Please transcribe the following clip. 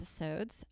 episodes